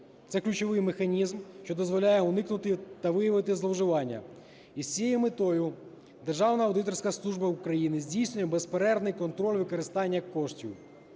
це ключовий механізм, що дозволяє уникнути та виявити зловживання, і з цією метою Державна аудиторська служба України здійснює безперервний контроль використання коштів.